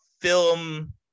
film